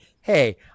hey